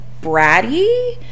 bratty